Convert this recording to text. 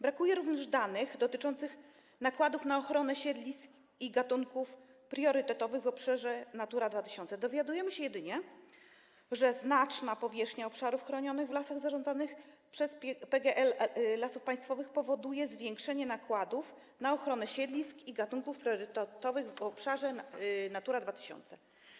Brakuje również danych dotyczących nakładów na ochronę siedlisk i gatunków priorytetowych w obszarach Natura 2000, dowiadujemy się jedynie, że: Znaczna powierzchnia obszarów chronionych w lasach zarządzanych przez PGL Lasy Państwowe powoduje zwiększenie nakładów na ochronę siedlisk i gatunków priorytetowych w obszarze Natura 2000.